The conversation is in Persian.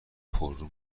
پررو